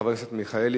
חבר הכנסת מיכאלי,